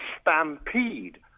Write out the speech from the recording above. stampede